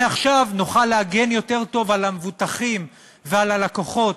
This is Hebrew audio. מעכשיו נוכל להגן יותר טוב על המבוטחים ועל הלקוחות.